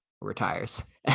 retires